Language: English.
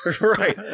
Right